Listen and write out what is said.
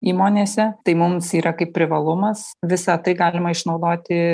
įmonėse tai mums yra kaip privalumas visą tai galima išnaudoti